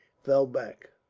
fell back.